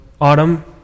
Autumn